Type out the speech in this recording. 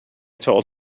told